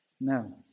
no